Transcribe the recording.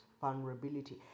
vulnerability